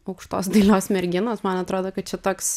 aukštos dailios merginos man atrodo kad čia toks